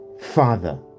Father